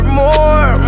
more